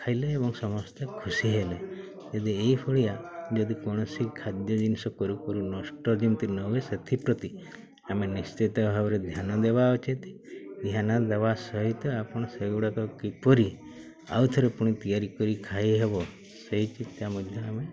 ଖାଇଲେ ଏବଂ ସମସ୍ତେ ଖୁସି ହେଲେ ଯଦି ଏଇଭଳିଆ ଯଦି କୌଣସି ଖାଦ୍ୟ ଜିନିଷ କରୁ କରୁ ନଷ୍ଟ ଯେମିତି ନ ହୁଏ ସେଥିପ୍ରତି ଆମେ ନିଶ୍ଚିତ ଭାବରେ ଧ୍ୟାନ ଦେବା ଉଚିତ୍ ଧ୍ୟାନ ଦେବା ସହିତ ଆପଣ ସେଗୁଡ଼ାକ କିପରି ଆଉ ଥରେ ପୁଣି ତିଆରି କରି ଖାଇହେବ ସେଇ ଚିନ୍ତା ମଧ୍ୟ ଆମେ